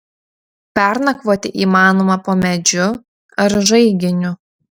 pernakvoti įmanoma po medžiu ar žaiginiu